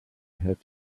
have